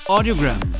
Audiogram